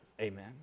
Amen